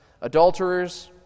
adulterers